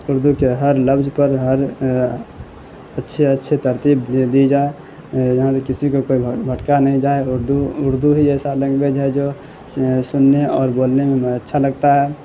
اردو کے ہر لفظ پر ہر اچھے اچھے ترتیب دی جائے یہاں پہ کسی کو کوئی بھٹکا نہیں جائے اردو اردو ہی ایسا لینگویج ہے جو سننے اور بولنے میں اچھا لگتا ہے